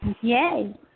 Yay